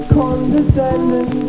condescending